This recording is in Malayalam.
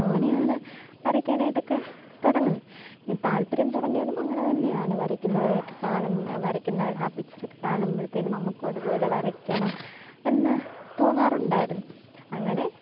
അങ്ങനെയാണ് വരക്കാനായിട്ടൊക്കെ തുടങ്ങുന്നത് ഇനി താൽപ്പര്യം തുടങ്ങിയതും അങ്ങനെ തന്നെയാണ് വരക്കുന്നവരെയൊക്കെ കാണുമ്പം വരക്കുന്ന ആ പിച്ചറക്കെ കാണുമ്പോഴ്ത്തേനും നമുക്കും അതുപോലെ വരക്കണം എന്ന് തോന്നാറുണ്ടായിരുന്നു അങ്ങനെ